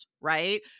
right